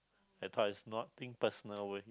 I thought is nothing person with